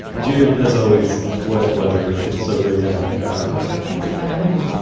june as always. what a pleasure. it's so great to have you back on. thank you for having me.